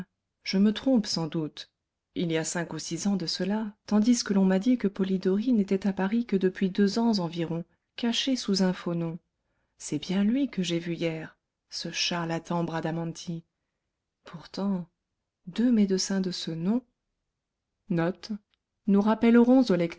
je me trompe sans doute il y a cinq ou six ans de cela tandis que l'on m'a dit que polidori n'était à paris que depuis deux ans environ caché sous un faux nom c'est bien lui que j'ai vu hier ce charlatan bradamanti pourtant deux médecins de ce nom